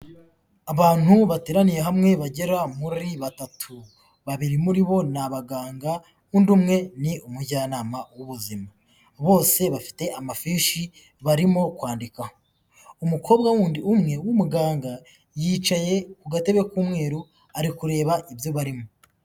Abantu bateraniye hamwe bagera muri batatu, babiri muri bo ni abaganga undi umwe ni umujyanama w'ubuzima, bose bafite amafishi barimo kwandika, umukobwa wundi umwe w'umuganga yicaye ku gatebe k'umweru ari kureba ibyo barimo.